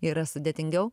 yra sudėtingiau